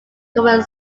common